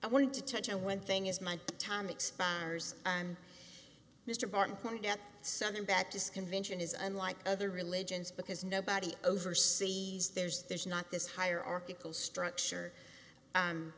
i want to touch on when thing is my time expires i'm mr barton pointed out southern baptist convention is unlike other religions because nobody overseas there's there's not this hierarchical structure